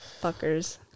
fuckers